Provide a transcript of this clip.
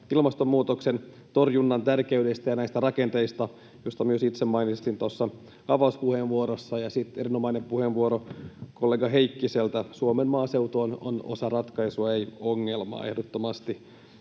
ilmastonmuutoksen torjunnan tärkeydestä ja näistä rakenteista, joista myös itse mainitsin tuossa avauspuheenvuorossa. Sitten erinomainen puheenvuoro kollega Heikkiseltä: Suomen maaseutu on osa ratkaisua, ei ongelmaa, ehdottomasti.